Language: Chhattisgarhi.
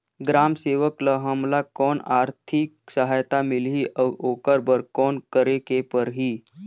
ग्राम सेवक ल हमला कौन आरथिक सहायता मिलही अउ ओकर बर कौन करे के परही?